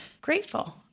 grateful